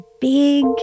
big